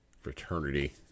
fraternity